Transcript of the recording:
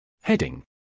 Heading